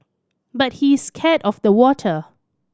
but he is scared of the water